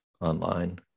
online